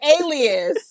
alias